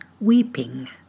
weeping